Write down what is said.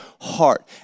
heart